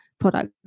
products